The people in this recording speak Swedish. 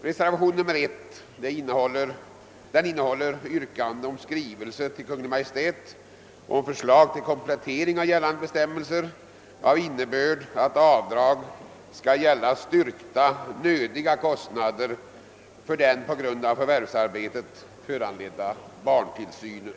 Reservationen 1 innehåller yrkande om skrivelse till Kungl. Majt med begäran om förslag till komplettering av gällande bestämmelser av innebörd att avdrag skall gälla styrkta nödiga kostnader för den på grund av förvärvsarbetet föranledda barntillsynen.